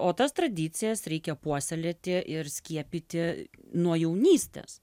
o tas tradicijas reikia puoselėti ir skiepyti nuo jaunystės